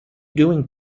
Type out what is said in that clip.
doing